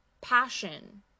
passion